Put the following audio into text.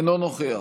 אינו נוכח